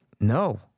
No